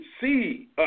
see